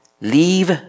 leave